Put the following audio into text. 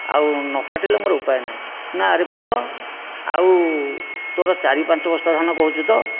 ଆଉ ନ କାଟିଲେ ମୋର ଉପାୟ ନାହିଁ ନା ଆରେ ପୁଅ ଆଉ ତୋର ଚାରି ପାଞ୍ଚ ବସ୍ତା ଧାନ କହୁଛୁ ତ